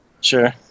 Sure